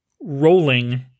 rolling